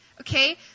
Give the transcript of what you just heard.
okay